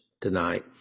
tonight